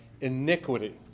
iniquity